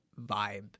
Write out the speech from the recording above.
vibe